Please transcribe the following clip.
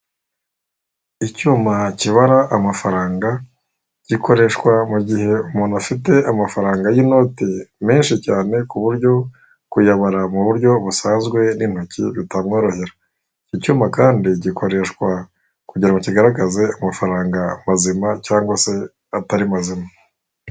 Icyuma kibara amafaranga, gikoreshwa mu gihe umuntu afite amafaranga y'inote menshi cyane ku buryo kuyabara mu buryo busanzwe n'intoki bitamworohera. Iki cyuma kandi gikoreshwa kugira ngo kigaragaze amafaranga mazima cyangwa se atari mazima.